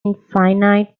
infinite